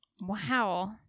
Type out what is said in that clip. Wow